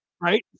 Right